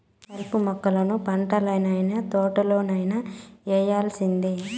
కలుపు మొక్కలను పంటల్లనైన, తోటల్లోనైన యేరేయాల్సిందే